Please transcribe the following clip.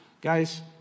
Guys